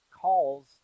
calls